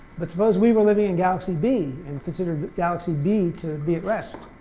but suppose we were living in galaxy b and considered galaxy b to be at rest.